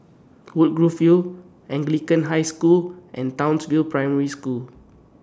Woodgrove View Anglican High School and Townsville Primary School